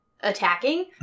attacking